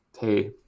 hey